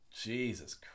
Jesus